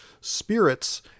spirits